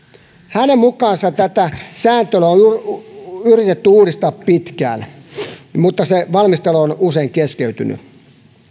hänen mukaansa tätä sääntelyä on yritetty uudistaa pitkään mutta valmistelu on usein keskeytynyt